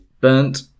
Burnt